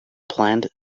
planned